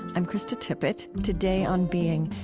i'm krista tippett. today on being,